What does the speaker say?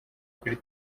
kuri